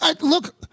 Look